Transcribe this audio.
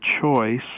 choice